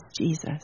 Jesus